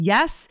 Yes